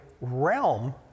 realm